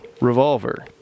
revolver